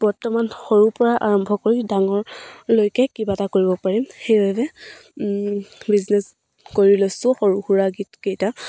বৰ্তমান সৰুৰ পৰা আৰম্ভ কৰি ডাঙৰলৈকে কিবা এটা কৰিব পাৰিম সেইবাবে বিজনেচ কৰি লৈছোঁ সৰু সুৰা গীত কেইটা